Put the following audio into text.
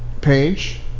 page